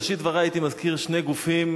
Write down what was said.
בראשית דברי הייתי מזכיר שני גופים,